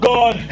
God